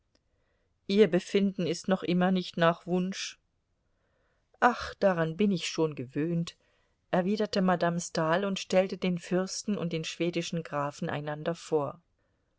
ihr befinden ist noch immer nicht nach wunsch ach daran bin ich schon gewöhnt erwiderte madame stahl und stellte den fürsten und den schwedischen grafen einander vor